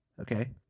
Okay